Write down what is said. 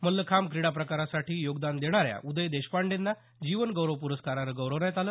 मल्लखांब क्रीडा प्रकारासाठी योगदान देणाऱ्या उदय देशपांडेंना जीवनगौरव प्रस्कारानं गौरवण्यात आलं